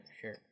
sure